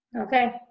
Okay